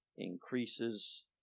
increases